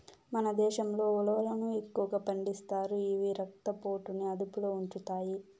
మన దేశంలో ఉలవలను ఎక్కువగా పండిస్తారు, ఇవి రక్త పోటుని అదుపులో ఉంచుతాయి